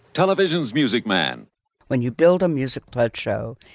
television's music man when you build a music pledge show,